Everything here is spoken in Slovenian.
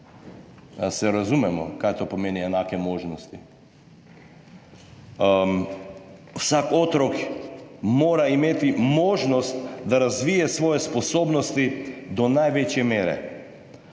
Se razumemo, kaj to pomeni enake možnosti? Vsak otrok mora imeti možnost, da razvije svoje sposobnosti do največje mere.